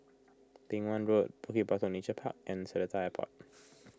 Beng Wan Road Bukit Batok Nature Park and Seletar Airport